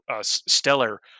stellar